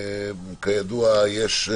וכידוע,